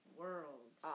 world